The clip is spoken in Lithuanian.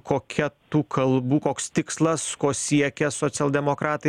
kokia tų kalbų koks tikslas ko siekia socialdemokratai